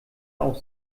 auch